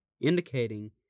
indicating